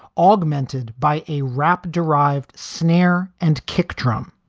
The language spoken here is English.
augmented by a rap derived snare and kick drum.